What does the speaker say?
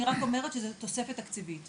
אני רק אומרת שזו תוספת תקציבית.